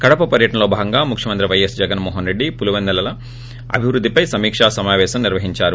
కడప పర్యటనలో భాగంగా ముఖ్యమంత్రి పైఎస్ జగన్మోహన్రెడ్డి పులిపెందుల అభివృద్ధిపై సమీకా సమావేశం నిర్వహించారు